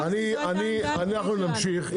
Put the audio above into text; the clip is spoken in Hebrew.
אנחנו נמשיך,